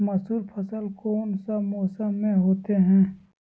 मसूर फसल कौन सा मौसम में होते हैं?